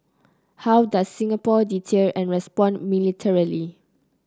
how does Singapore deter and respond militarily